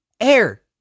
air